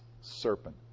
serpent